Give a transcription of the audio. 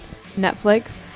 Netflix